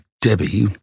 Debbie